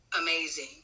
amazing